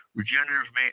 regenerative